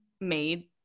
made